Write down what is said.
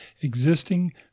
existing